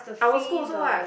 our school also what